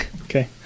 Okay